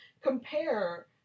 compare